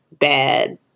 bad